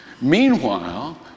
Meanwhile